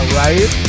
right